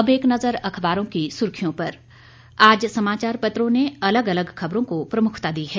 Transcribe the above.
अब एक नजर अखबारों की सुर्खियों पर आज समाचार पत्रों ने अलग अलग खबरों को प्रमुखता दी है